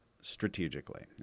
strategically